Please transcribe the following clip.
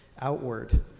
outward